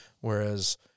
whereas